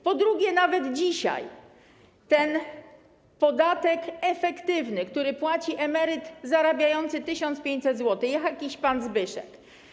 Po drugie, nawet dzisiaj ten podatek efektywny, który płaci emeryt zarabiający 1500 zł, jakiś pan Zbyszek.